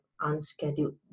unscheduled